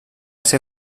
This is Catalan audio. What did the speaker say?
ser